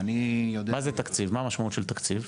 מה המשמעות של תקציב?